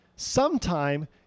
Sometime